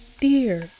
dear